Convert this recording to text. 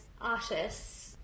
artists